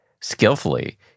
skillfully